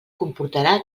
comportarà